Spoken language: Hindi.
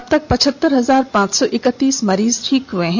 अब तक पचहत्तर हजार पांच सौ एकतीस मरीज ठीक हुए हैं